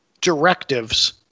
directives